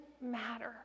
matter